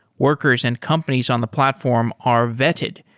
workers and companies on the platform are vetted,